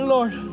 Lord